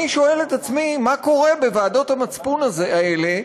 אני שואל את עצמי, מה קורה בוועדות המצפון האלה?